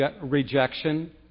rejection